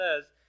says